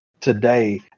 today